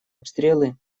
обстрелы